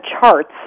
charts